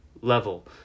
level